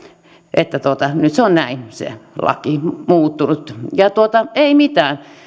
että nyt se on näin se laki muuttunut ei mitään